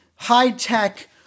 high-tech